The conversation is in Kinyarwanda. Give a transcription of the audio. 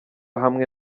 hamwe